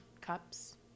cups